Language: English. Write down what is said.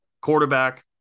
quarterback